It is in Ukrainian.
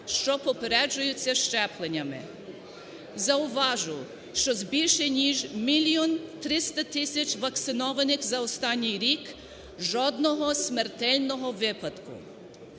щопопереджуються щепленнями. Зауважу, що з більше ніж мільйон 300 тисяч вакцинованих за останній рік жодного смертельно випадку.